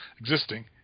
existing